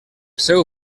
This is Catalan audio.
seu